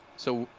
so,